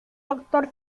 doctor